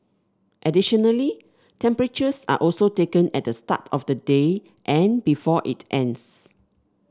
additionally temperatures are also taken at the start of the day and before it ends